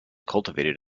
cultivated